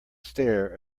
stare